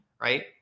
right